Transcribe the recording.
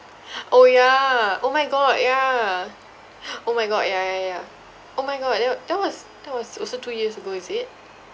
orh yeah oh my god yeah oh my god ya ya ya ya oh my god that wa~ that was that was also two years ago is it